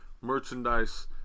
merchandise